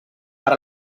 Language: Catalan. per